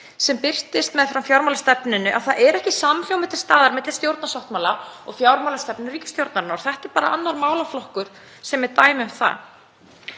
sem birtust meðfram fjármálastefnunni, að það er ekki samhljómur til staðar milli stjórnarsáttmála og fjármálastefnu ríkisstjórnarinnar og þetta er bara annar málaflokkur sem er dæmi um það.